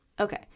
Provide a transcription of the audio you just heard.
okay